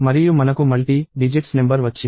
మరియు మనకు multi digits number వచ్చింది